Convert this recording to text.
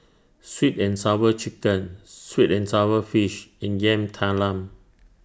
Sweet and Sour Chicken Sweet and Sour Fish and Yam Talam